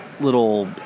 little